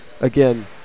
again